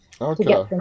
Okay